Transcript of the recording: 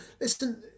Listen